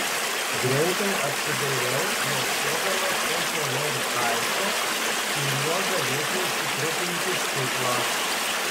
greitai apsidairiau ieškodama kokio nors daikto kuriuo galėčiau sutrupinti stiklą